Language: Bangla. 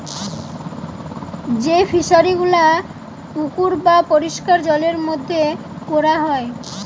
যেই ফিশারি গুলা পুকুর বা পরিষ্কার জলের মধ্যে কোরা হয়